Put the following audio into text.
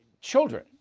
children